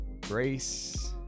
grace